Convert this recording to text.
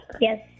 Yes